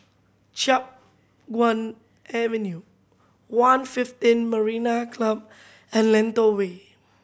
Chiap Guan Avenue One fifteen Marina Club and Lentor Way